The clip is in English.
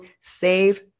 save